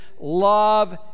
love